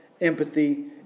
empathy